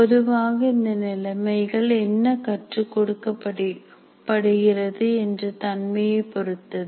பொதுவாக இந்த நிலைமைகள் என்ன கற்றுக் கொடுக்கப்படுகிறது என்ற தன்மையை பொறுத்தது